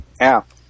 app